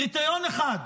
קריטריון אחד,